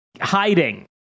hiding